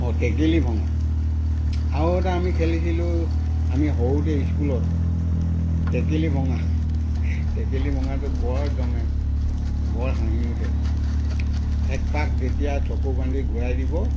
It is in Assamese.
অঁ টেকেলি ভঙা আৰু এটা আমি খেলিছিলোঁ আমি সৰুতে স্কুলত টেকেলি ভঙা টেকেলি ভঙাটোত বৰ জমে বৰ হাঁহি উঠে একপাক যেতিয়া চকু বান্ধি ঘূৰাই দিব